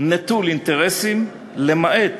נטול אינטרסים, למעט